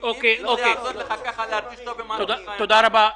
תודה רבה.